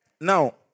Now